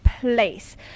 place